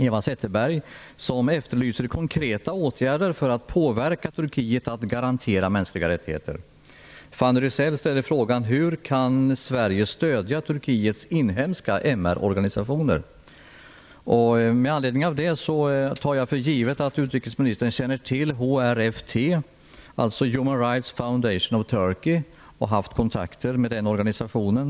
Eva Zetterberg efterlyser konkreta åtgärder för att påverka Turkiet att garantera mänskliga rättigheter. Fanny Rizell ställer frågan: Hur kan Sverige stödja Turkiets inhemska MR organisationer? Jag tar för givet att utrikesministern känner till HRFT, Human Rights Foundation of Turkey, och har haft kontakter med den organisationen.